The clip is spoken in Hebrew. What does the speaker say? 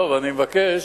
אבל אני מבקש